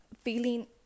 feeling